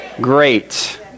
Great